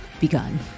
begun